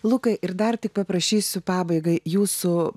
lukai ir dar tik paprašysiu pabaigai jūsų